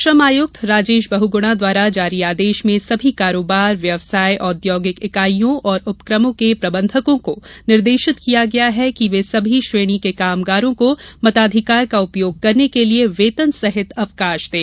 श्रम आयुक्त राजेश बहुगुणा द्वारा जारी आदेश में सभी कारोबार व्यवसाय औद्योगिक इकाइयों और उपक्रमों के प्रबंधकों को निर्देशित किया गया है कि वे सभी श्रेणी के कामगारों को मताधिकार का उपयोग करने के लिए सवैतनिक अवकाश प्रदान करें